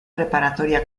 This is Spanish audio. preparatoria